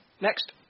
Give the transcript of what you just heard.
Next